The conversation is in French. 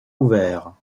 ouvert